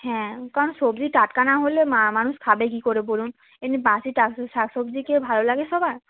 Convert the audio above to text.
হ্যাঁ কারণ সবজি টাটকা না হলে মা মানুষ খাবে কী করে বলুন এমনি বাসি টাসি শাক সবজি খেয়ে ভালো লাগে সবার